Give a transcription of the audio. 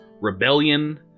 rebellion